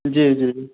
जी जी